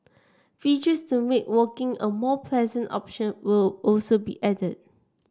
features to make walking a more pleasant option will also be added